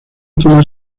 última